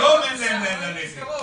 כבר היום אין מספיק מסגרות.